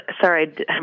Sorry